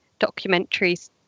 documentaries